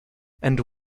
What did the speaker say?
and